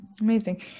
Amazing